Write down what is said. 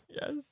yes